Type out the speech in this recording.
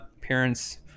parents